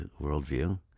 worldview